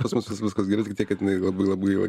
pas mus viskas gerai tik tiek kad jinai labai labai